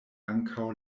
ankaŭ